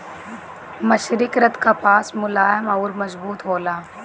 मर्सरीकृत कपास मुलायम अउर मजबूत होला